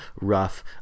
rough